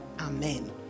amen